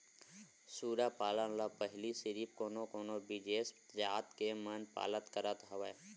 सूरा पालन ल पहिली सिरिफ कोनो कोनो बिसेस जात के मन पालत करत हवय